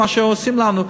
מה שעושים לנו,